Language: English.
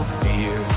fear